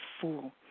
fool